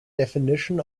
definition